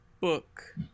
Book